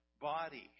body